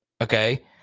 okay